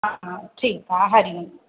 हा हा ठीकु आहे हरि ओम